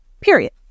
period